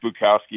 Bukowski